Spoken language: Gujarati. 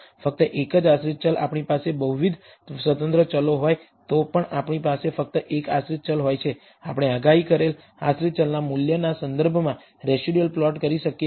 ફક્ત એક જ આશ્રિત ચલ આપણી પાસે બહુવિધ સ્વતંત્ર ચલો હોય તો પણ આપણી પાસે ફક્ત એક આશ્રિત ચલ હોય છે આપણે આગાહી કરેલ આશ્રિત ચલના મૂલ્યના સંદર્ભમાં રેસિડયુઅલ પ્લોટ કરી શકીએ છીએ